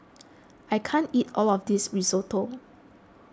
I can't eat all of this Risotto